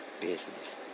business